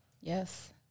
Yes